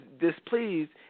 displeased